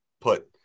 put